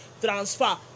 transfer